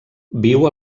viu